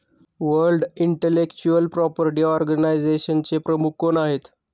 World intellectual property ऑर्गनायझेशनचे प्रमुख कोण आहेत?